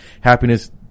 happiness